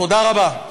תודה רבה.